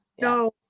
no